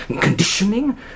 conditioning